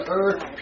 earth